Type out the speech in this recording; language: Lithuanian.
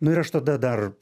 nu ir aš tada dar